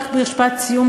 רק משפט סיום,